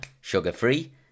sugar-free